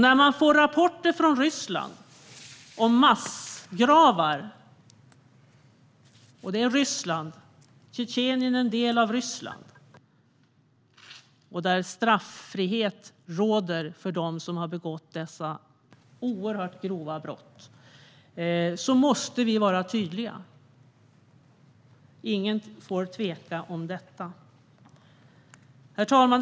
När vi får rapporter från Ryssland - Tjetjenien är en del av Ryssland - om massgravar och att straffrihet råder för dem som begått dessa oerhört grova brott, då måste vi vara tydliga. Ingen får tveka inför detta. Herr talman!